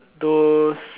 those